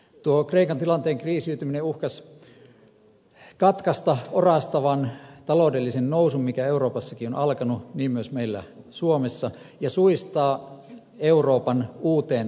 tuo kreikan tilanteen kriisiytyminen uhkasi katkaista orastavan taloudellisen nousun joka euroopassakin on alkanut niin myös meillä suomessa ja suistaa euroopan uuteen taantumaan